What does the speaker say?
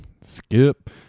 skip